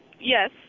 Yes